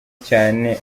cyane